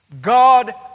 God